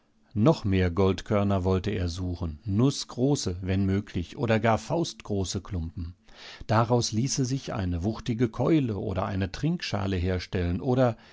noch mehr goldkörner wollte er suchen nußgroße wenn möglich oder gar faustgroße klumpen daraus ließe sich eine wuchtige keule oder eine trinkschale herstellen oder